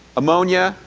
ammonia,